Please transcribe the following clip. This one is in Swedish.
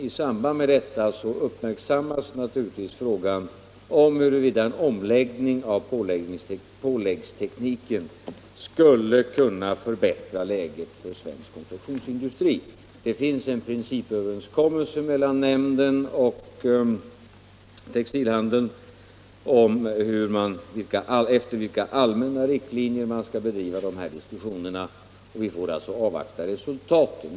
I samband med detta uppmärksammas naturligtvis frågan om huruvida en omläggning av påläggstekniken skulle kunna förbättra läget för svensk konfektionsindustri. Det finns en principöverenskommelse mellan nämnden och textilhandeln om efter vilka allmänna riktlinjer man skall bedriva de här diskussionerna, och vi får alltså avvakta resultaten.